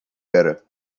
era